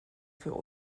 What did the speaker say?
für